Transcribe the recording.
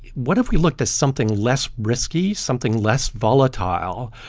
what if we looked at something less risky, something less volatile?